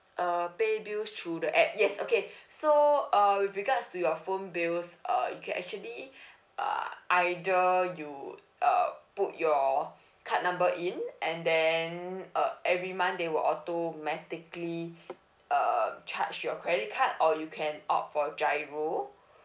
uh pay bills through the app yes okay so uh with regards to your phone bills uh you can actually uh either you uh put your card number in and then uh every month they will automatically uh charge your credit card or you can opt for GIRO